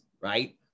right